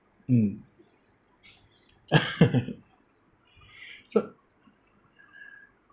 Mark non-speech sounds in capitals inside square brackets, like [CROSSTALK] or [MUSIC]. mm [LAUGHS] so